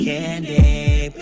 Candy